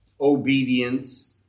obedience